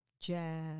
jazz